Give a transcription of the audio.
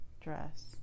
dress